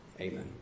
Amen